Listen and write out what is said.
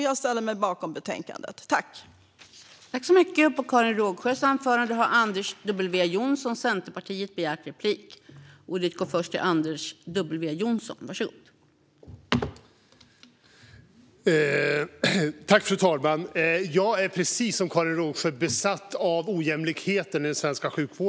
Jag ställer mig bakom förslaget i betänkandet.